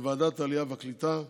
בוועדת העלייה הקליטה והתפוצות,